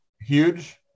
Huge